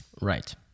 right